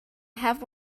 have